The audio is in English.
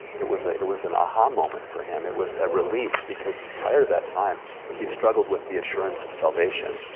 it was ah it was an aha moment for him. it was a relief. because prior to that time he struggled with the assurance of salvation,